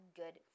good